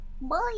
Bye